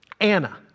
Anna